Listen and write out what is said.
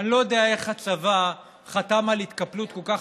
אני לא יודע איך הצבא חתם על התקפלות כל כך